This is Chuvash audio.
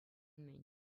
мӗн